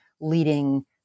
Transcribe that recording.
leading